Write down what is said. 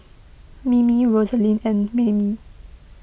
Mimi Rosaline and Maymie